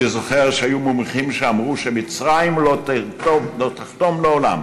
אני זוכר שהיו מומחים שאמרו שמצרים לא תחתום לעולם